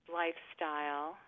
lifestyle